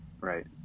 right